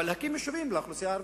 אבל להקים יישובים לאוכלוסייה הערבית.